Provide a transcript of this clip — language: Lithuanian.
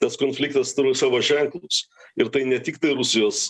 tas konfliktas turi savo ženklus ir tai ne tiktai rusijos